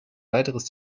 weiteres